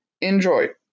Enjoy